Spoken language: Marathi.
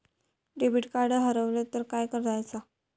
डेबिट कार्ड हरवल तर काय करायच?